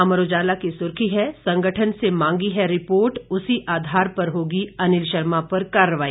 अमर उजाला की सुर्खी है संगठन से मांगी है रिपोर्ट उसी आधार पर होगी अनिल शर्मा पर कार्रवाई